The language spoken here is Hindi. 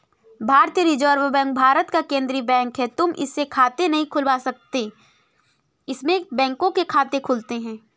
भारतीय रिजर्व बैंक भारत का केन्द्रीय बैंक है, तुम इसमें खाता नहीं खुलवा सकते इसमें बैंकों के खाते खुलते हैं